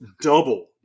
double